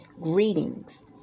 greetings